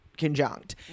conjunct